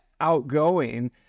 outgoing